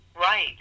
Right